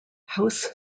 house